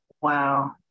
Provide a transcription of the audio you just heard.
wow